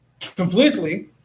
completely